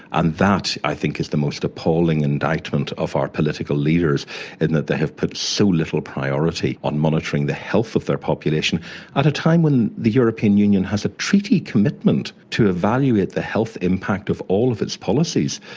and that i think is the most appalling indictment of our political leaders in that they have put so little priority on monitoring the health of their population at a time when the european union has a treaty commitment to evaluate the health impact of all of its policies.